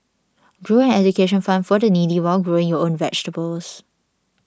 grow an education fund for the needy while growing your own vegetables